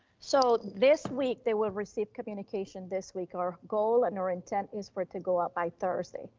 so this week they will receive communication this week, our goal and our intent is for it to go up by thursday,